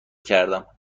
کردم